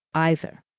either,